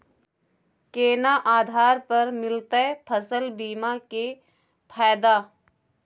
केना आधार पर मिलतै फसल बीमा के फैदा?